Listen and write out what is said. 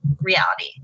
reality